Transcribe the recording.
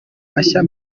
mashya